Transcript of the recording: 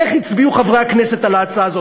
איך הצביעו חברי הכנסת על ההצעה הזאת.